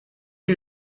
are